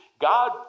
God